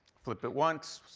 flip it once,